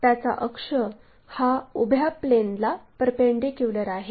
त्याचा अक्ष हा उभ्या प्लेनला परपेंडीक्युलर आहे